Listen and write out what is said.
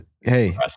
Hey